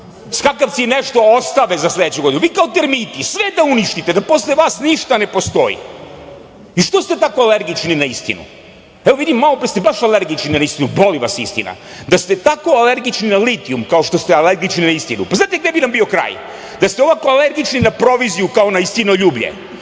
skakavci nešto ostave za sledeću godinu, a vi kao termiti sve da uništite, da posle vas ništa ne postoji. I, što ste tako alergični na istinu? Evo, vidim malo pre, baš ste alergični na istinu, boli vas istina, da ste tako alergični na litijum, kao što ste alergični na istinu, pa znate gde bi nam bio kraj. Da ste ovako alergični na proviziju kao na istinoljublje,